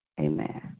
Amen